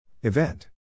Event